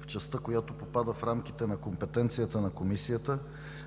В частта, която попада в рамките на компетенцията на Комисията,